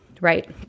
right